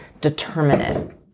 determine